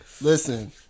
Listen